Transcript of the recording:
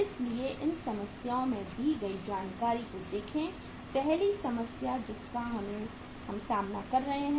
इसलिए इन समस्याओं में दी गई जानकारी को देखें पहली समस्या जिसका हम सामना कर रहे हैं